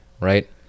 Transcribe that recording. right